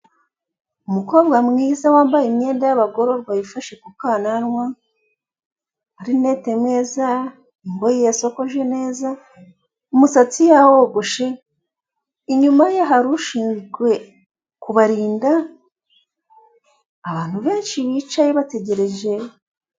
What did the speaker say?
Umukobwa mwiza wambaye imyenda y'abagororwa wifashe ku kananwa, amarinete meza, ingohe yasokoje neza, umusatsi yawogoshe inyuma ye hari ushinzwe kubarinda abantu benshi bicaye bategereje